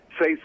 say